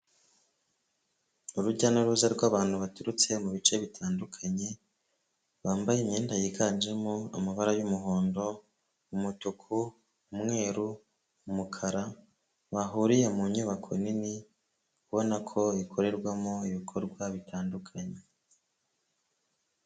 Urujya n'uruza rw'abantu baturutse mu bice bitandukanye, bambaye imyenda yiganjemo amabara y'umuhondo, umutuku, umweru, umukara, bahuriye mu nyubako nini ubona ko ikorerwamo ibikorwa bitandukanye.